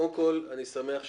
קודם כל, אני שמח שדיברתם,